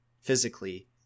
physically